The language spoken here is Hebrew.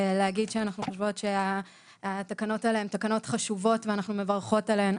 להגיד שאנחנו חושבות שהתקנות האלה הן תקנות חשובות ואנחנו מברכות עליהן.